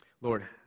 Lord